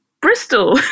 Bristol